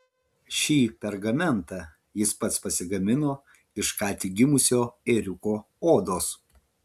šį pergamentą jis pats pasigamino iš ką tik gimusio ėriuko odos